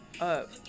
up